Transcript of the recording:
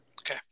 Okay